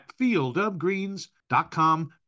fieldofgreens.com